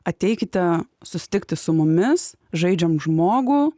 ateikite susitikti su mumis žaidžiam žmogų